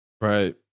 right